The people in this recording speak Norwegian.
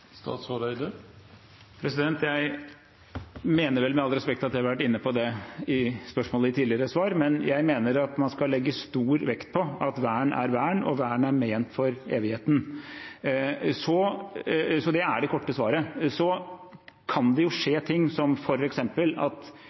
Jeg mener med all respekt at jeg har vært inne på det i svarene mine på tidligere spørsmål. Jeg mener at man skal legge stor vekt på at vern er vern, og at vern er ment for evigheten. Det er det korte svaret. Så kan det jo skje ting, f.eks. at klimaendringene gir helt andre vannføringer. Det kan skje ting som gjør at